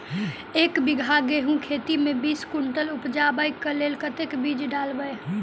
एक बीघा गेंहूँ खेती मे बीस कुनटल उपजाबै केँ लेल कतेक बीज डालबै?